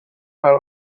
برای